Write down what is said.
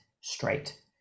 straight